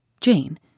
Jane